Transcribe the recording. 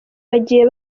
bagiye